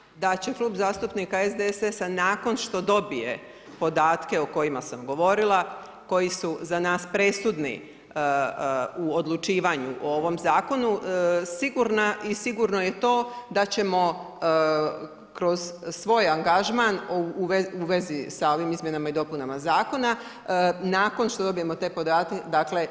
sigurno da će Klub zastupnika SDSS-a nakon što dobije podatke o kojima sam govorila, koji su za nas presudni u odlučivanju o ovom zakonu, sigurna i sigurno je to da ćemo kroz svoj angažman u vezi sa ovim izmjenama i dopunama zakona, nakon što dobijemo te podatke, dakle,